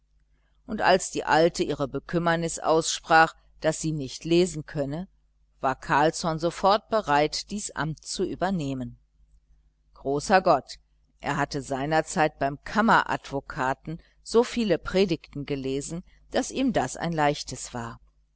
und als die alte ihre bekümmernis aussprach daß sie nicht lesen könne war carlsson sofort bereit dies amt zu übernehmen großer gott er hatte seinerzeit beim kammeradvokaten so viele predigten gelesen daß ihm das ein leichtes war